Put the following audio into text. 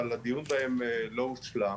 אבל הדיון בהן לא הושלם.